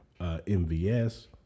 MVS